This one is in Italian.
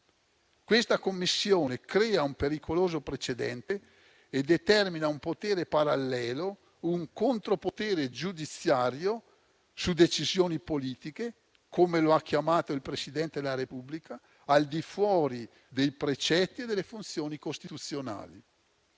Questa Commissione crea un pericoloso precedente e determina un potere parallelo, un contropotere giudiziario su decisioni politiche, come lo ha chiamato il Presidente della Repubblica, al di fuori dei precetti e delle funzioni costituzionali.